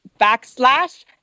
backslash